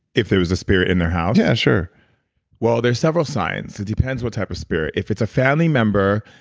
if it was a spirit in their house? yeah, sure well, there's several signs. it depends what type of spirit. if it's a family member,